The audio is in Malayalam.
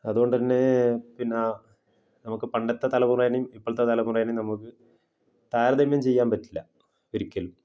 അതുകൊണ്ടുതന്നെ പിന്നെ നമുക്ക് പണ്ടത്തെ തലമുറയെയും ഇപ്പോഴത്തെ തലമുറയെയും നമുക്ക് താരതമ്യം ചെയ്യാൻ പറ്റില്ല ഒരിക്കലും